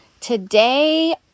Today